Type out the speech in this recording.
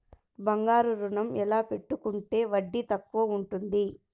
బంగారు ఋణం ఎలా పెట్టుకుంటే వడ్డీ తక్కువ ఉంటుంది?